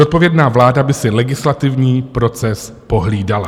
Zodpovědná vláda by si legislativní proces pohlídala.